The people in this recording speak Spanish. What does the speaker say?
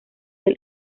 del